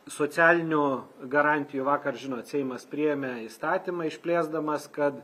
socialinių garantijų vakar žinot seimas priėmė įstatymą išplėsdamas kad